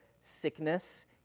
sickness